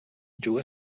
juga